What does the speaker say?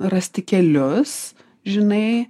rasti kelius žinai